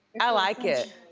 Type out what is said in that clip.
i like it.